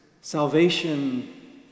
salvation